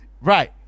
Right